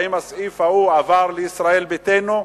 האם הסעיף ההוא עבר לישראל ביתנו,